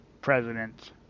President